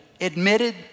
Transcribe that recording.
admitted